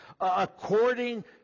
according